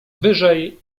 wyżej